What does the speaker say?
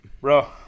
bro